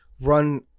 run